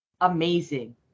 Amazing